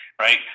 right